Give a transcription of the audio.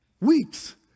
Weeks